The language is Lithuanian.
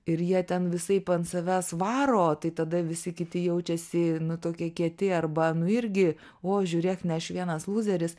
ir jie ten visaip ant savęs varo tai tada visi kiti jaučiasi nu tokie kieti arba nu irgi o žiūrėk ne aš vienas lūzeris